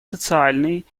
социальный